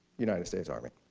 united states army.